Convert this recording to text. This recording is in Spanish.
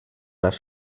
las